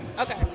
Okay